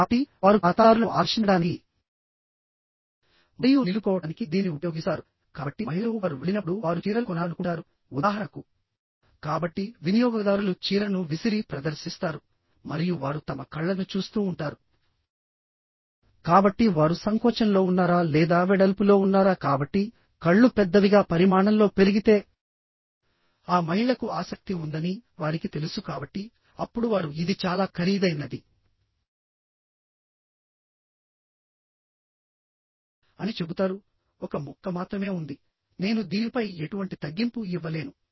కాబట్టి వారు ఖాతాదారులను ఆకర్షించడానికి మరియు నిలుపుకోవటానికి దీనిని ఉపయోగిస్తారు కాబట్టి మహిళలు వారు వెళ్ళినప్పుడు వారు చీరలు కొనాలనుకుంటారు ఉదాహరణకు కాబట్టి వినియోగదారులు చీరను విసిరి ప్రదర్శిస్తారు మరియు వారు తమ కళ్ళను చూస్తూ ఉంటారు కాబట్టి వారు సంకోచంలో ఉన్నారా లేదా వెడల్పులో ఉన్నారా కాబట్టి కళ్ళు పెద్దవిగా పరిమాణంలో పెరిగితే ఆ మహిళకు ఆసక్తి ఉందని వారికి తెలుసు కాబట్టి అప్పుడు వారు ఇది చాలా ఖరీదైనది అని చెబుతారు ఒక ముక్క మాత్రమే ఉంది నేను దీనిపై ఎటువంటి తగ్గింపు ఇవ్వలేను